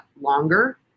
longer